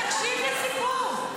תקשיב לסיפור,